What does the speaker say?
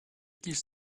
qu’ils